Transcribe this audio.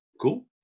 Cool